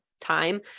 time